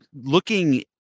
looking